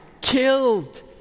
killed